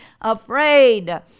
afraid